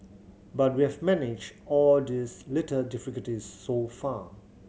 but we have managed all these little difficulties so far